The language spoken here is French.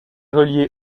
reliée